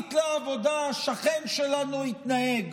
עמית לעבודה או שכן שלנו יתנהג.